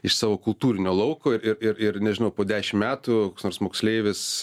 iš savo kultūrinio lauko ir ir ir nežinau po dešim metų koks nors moksleivis